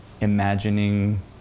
Imagining